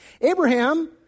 Abraham